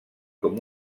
com